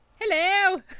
Hello